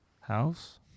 house